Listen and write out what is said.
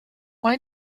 why